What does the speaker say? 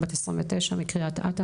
בת 29 מקרית אתא,